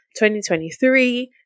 2023